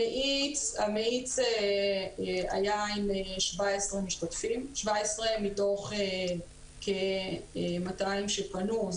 המאיץ היה עם 17 משתתפים מתוך כ-200 שפנו.